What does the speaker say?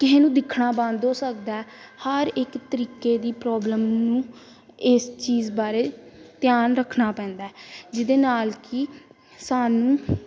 ਕਿਸੇ ਨੂੰ ਦਿਖਣਾ ਬੰਦ ਹੋ ਸਕਦਾ ਹਰ ਇੱਕ ਤਰੀਕੇ ਦੀ ਪ੍ਰੋਬਲਮ ਨੂੰ ਇਸ ਚੀਜ਼ ਬਾਰੇ ਧਿਆਨ ਰੱਖਣਾ ਪੈਂਦਾ ਜਿਹਦੇ ਨਾਲ ਕਿ ਸਾਨੂੰ